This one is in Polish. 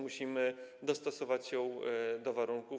Musimy dostosować ją do warunków.